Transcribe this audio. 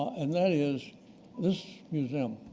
and that is this museum,